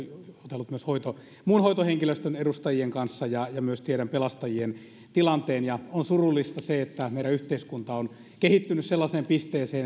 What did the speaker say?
jutellut myös muun hoitohenkilöstön edustajien kanssa ja ja myös tiedän pelastajien tilanteen ja on surullista että meidän yhteiskunta on kehittynyt sellaiseen pisteeseen